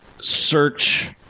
search